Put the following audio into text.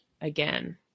again